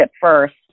first